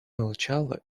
молчала